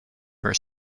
were